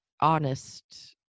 honest